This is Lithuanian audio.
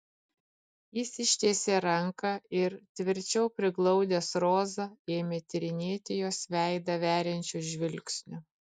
jis ištiesė ranką ir tvirčiau priglaudęs rozą ėmė tyrinėti jos veidą veriančiu žvilgsniu